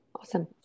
awesome